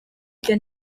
icyo